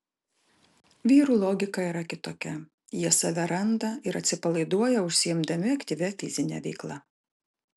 vyrų logika yra kitokia jie save randa ir atsipalaiduoja užsiimdami aktyvia fizine veikla